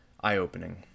eye-opening